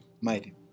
mighty